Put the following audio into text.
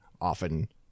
Often